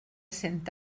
cent